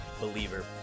believer